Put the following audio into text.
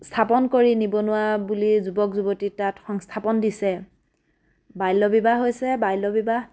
স্থাপন কৰি নিবনুৱা বুলি যুৱক যুৱতীক তাত সংস্থাপন দিছে বাল্য বিবাহ হৈছে বাল্য বিবাহ